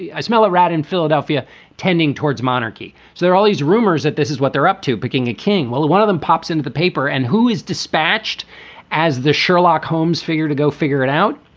i smell a rat in philadelphia tending towards monarchy. so there are all these rumors that this is what they're up to, picking a king. well, one of them pops into the paper and who is dispatched as the sherlock holmes figure to go figure it out?